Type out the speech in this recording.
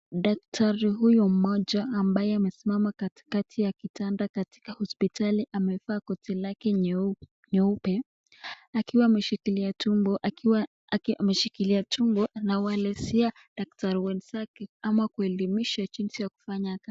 Daktari huyu mmoja ambaye amesimama katikati ya kitanda katika hospitali, amevaa koti lake nyeupe, akiwa ameshikilia tumbo. Anawaelezea daktari wenzake ama kuelimisha jinsi ya kufanya kazi.